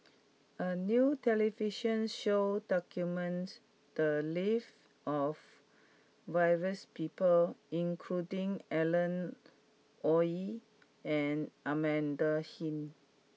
a new television show documented the lives of various people including Alan Oei and Amanda Heng